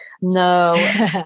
no